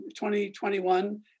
2021